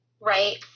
right